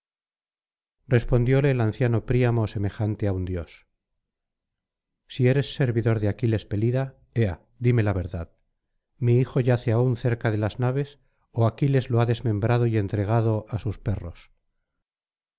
respondióle el anciano príamo semejante á un dios si eres servidor de aquiles pelida ea dime'la verdad mi hijo yace aún cerca de las naves ó aquiles lo ha desmembrado y entregado á sus perros